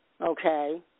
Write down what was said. Okay